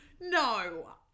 No